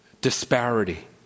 disparity